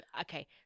okay